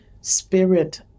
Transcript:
spirit